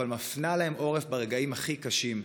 אבל היא מפנה להם עורף ברגעים הכי קשים.